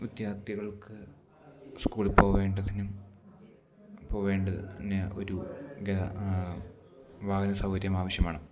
വിദ്യാർത്ഥികൾക്ക് സ്കൂളിൽ പോവേണ്ടതിനും പോവേണ്ടതിന് ഒരു വാഹന സൗകര്യം ആവിശ്യമാണ്